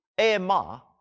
AMR